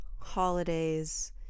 holidays